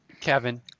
Kevin